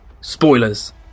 spoilers